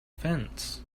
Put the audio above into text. fence